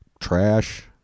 Trash